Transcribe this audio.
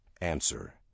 Answer